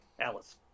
Alice